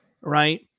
right